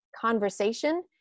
conversation